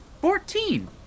Fourteen